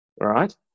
right